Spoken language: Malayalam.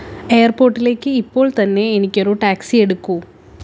എയർപോർട്ടിലേക്ക് ഇപ്പോൾ തന്നെ എനിക്കൊരു ടാക്സി എടുക്കൂ